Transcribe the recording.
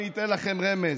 זה לא נורמלי.